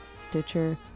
Stitcher